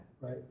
Right